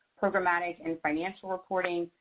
programmatic and financial reporting,